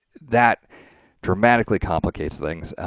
that dramatically complicates things.